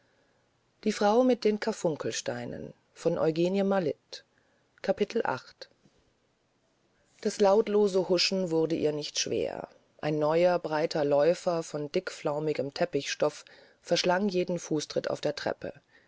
das lautlose huschen wurde ihr nicht schwer ein neuer breiter läufer von dickflaumigem teppichstoff verschlang jeden fußtritt auf der treppe